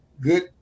good